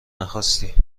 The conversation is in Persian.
نخواستی